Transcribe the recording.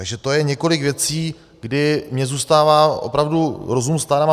Takže to je několik věcí, kdy mně zůstává opravdu rozum stát.